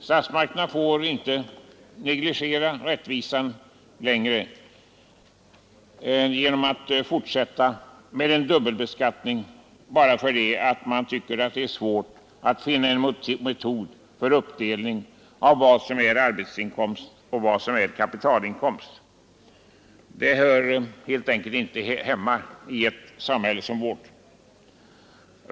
Statsmakterna får inte negligera rättvisan längre genom att fortsätta med den dubbelbeskattning som nu sker bara därför att man tycker att det är svårt att finna en metod för uppdelning av vad som är arbetsinkomst och vad som är kapitalinkomst. Det nu tillämpade systemet hör helt enkelt inte hemma i ett samhälle som vårt.